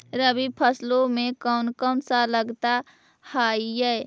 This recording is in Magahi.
रबी फैसले मे कोन कोन सा लगता हाइय?